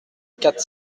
quatre